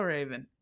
Raven